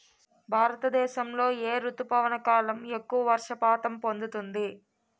భారతదేశంలో ఏ రుతుపవన కాలం ఎక్కువ వర్షపాతం పొందుతుంది?